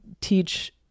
teach